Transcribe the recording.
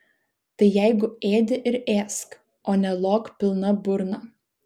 tai jeigu ėdi ir ėsk o ne lok pilna burna